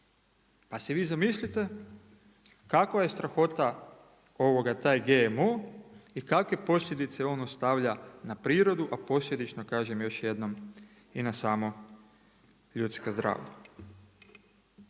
Pa si vi zamislite kakva je strahota taj GMO i kakve posljedice on ostavlja na prirodu, a posljedično kažem još jednom i na samo ljudsko zdravlje.